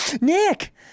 Nick